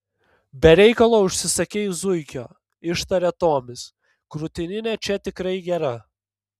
be reikalo užsisakei zuikio ištarė tomis krūtininė čia tikrai gera